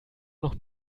noch